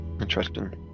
Interesting